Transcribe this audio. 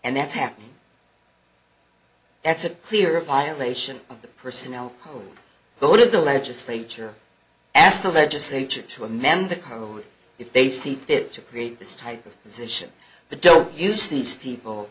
and that's happening that's a clear violation of the personal goal of the legislature ask the legislature to amend the code if they see fit to create this type of position but don't use these people